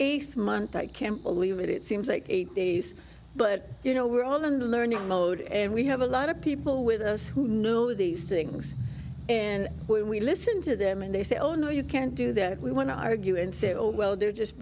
eighth month i can't believe it it seems like eight days but you know we're all in the learning mode and we have a lot of people with us who know these things and when we listen to them and they say oh no you can't do that if we want to argue and say oh well they're just